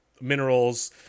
minerals